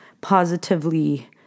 positively